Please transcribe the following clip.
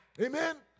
Amen